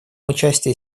участие